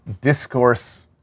discourse